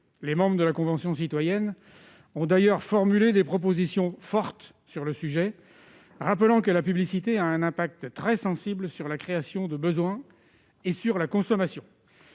Les membres de la Convention citoyenne pour le climat ont d'ailleurs émis des propositions fortes sur le sujet, en rappelant que la publicité a des effets très sensibles sur la création de besoins et la consommation.